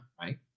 right